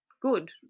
good